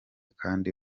kandi